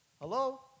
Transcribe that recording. Hello